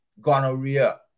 gonorrhea